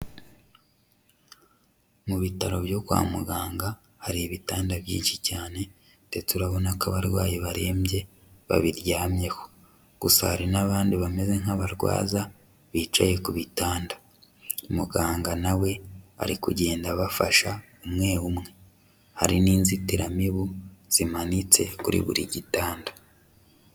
Mu bitaro byo kwa muganga hari ibitanda byinshi cyane ndetse urabona ko abarwayi barembye babiryamyeho. Gusa hari n'abandi bameze nk'abarwaza bicaye ku bitanda muganga na we ari kugenda bafasha umwe umwe. Hari n'inzitiramibu zimanitse kuri buri gitanda.